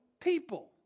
people